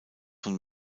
von